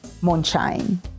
Moonshine